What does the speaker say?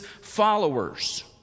followers